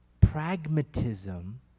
pragmatism